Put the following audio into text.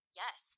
yes